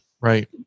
Right